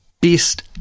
best